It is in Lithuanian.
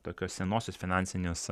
tokius senuosius finansinius